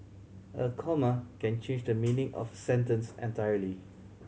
a comma can change the meaning of sentence entirely